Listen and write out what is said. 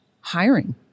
hiring